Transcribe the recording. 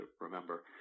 remember